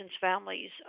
families